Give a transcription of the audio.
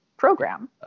program